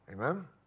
Amen